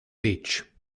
beach